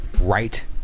right